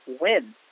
win